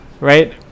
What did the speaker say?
right